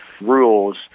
rules